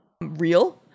real